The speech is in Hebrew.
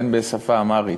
ואין בשפה האמהרית.